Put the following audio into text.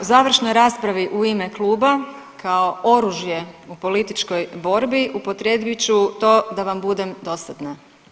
U završnoj raspravi u ime kluba kao oružje u političkoj borbi upotrijebit ću to da vam budem dosadna.